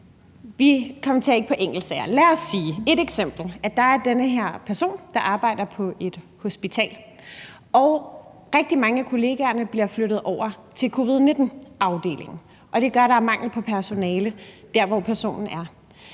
Vi kommenterer ikke på enkeltsager. Lad os sige med et eksempel, at der er den her person, der arbejder på et hospital, hvor rigtig mange af kollegaerne bliver flyttet over til covid-19-afdelingen. Det gør, at der er mangel på personale dér, hvor personen